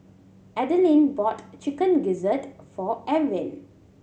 Adline bought Chicken Gizzard for Ewin